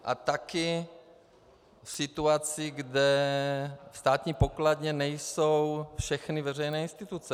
A taky v situaci, kdy ve státní pokladně nejsou všechny veřejné instituce.